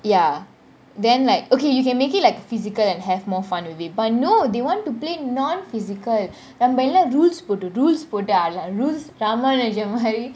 ya then like okay you can make it like physical and have more fun with it but no they want to play non-physical நாமெல்லாம் :namalam rules போடு :potu rules ramal and jemari